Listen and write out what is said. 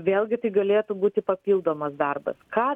vėlgi tai galėtų būti papildomas darbas ką